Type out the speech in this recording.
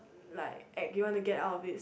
like ac~ you want to get out of this